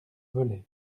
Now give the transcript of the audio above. velay